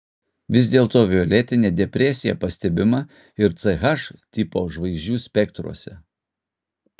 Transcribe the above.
vis dėlto violetinė depresija pastebima ir ch tipo žvaigždžių spektruose